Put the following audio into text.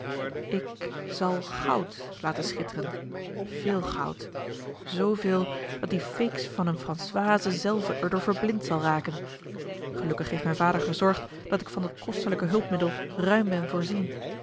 ik zal goud laten schitteren veel goud zooveel dat die feeks van eene françoise zelve er door verblind zal raken gelukkig heeft mijn vader gezorgd dat ik van dit kostelijke hulpmiddel ruim ben voorzien